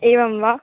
एवं वा